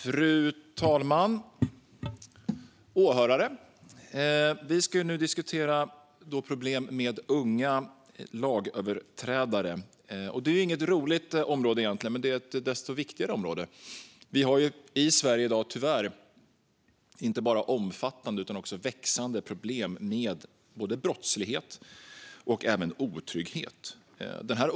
Fru talman! Åhörare! Vi ska nu diskutera problem med unga lagöverträdare. Det är inget roligt område egentligen, men det är ett desto viktigare område. Vi har i Sverige i dag, tyvärr, inte bara omfattande utan också växande problem med både brottslighet och otrygghet.